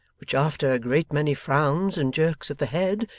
which after a great many frowns and jerks of the head,